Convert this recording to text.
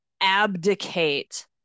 abdicate